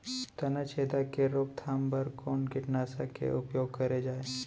तनाछेदक के रोकथाम बर कोन कीटनाशक के उपयोग करे जाये?